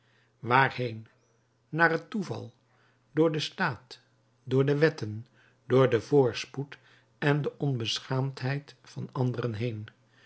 waarheen naar het toeval door den staat door de wetten door den voorspoed en de onbeschaamdheid van anderen heen